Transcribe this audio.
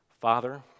Father